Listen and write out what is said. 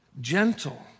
gentle